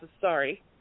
sorry